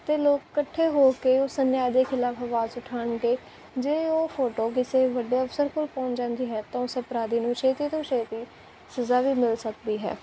ਅਤੇ ਲੋਕ ਇਕੱਠੇ ਹੋ ਕੇ ਉਹ ਅਨਿਆਏ ਖਿਲਾਫ਼ ਆਵਾਜ਼ ਉਠਾਉਣਗੇ ਜੇ ਉਹ ਫੋਟੋ ਕਿਸੇ ਵੱਡੇ ਅਫ਼ਸਰ ਕੋਲ ਪਹੁੰਚ ਜਾਂਦੀ ਹੈ ਤਾਂ ਉਸ ਅਪਰਾਧੀ ਨੂੰ ਛੇਤੀ ਤੋਂ ਛੇਤੀ ਸਜ਼ਾ ਵੀ ਮਿਲ ਸਕਦੀ ਹੈ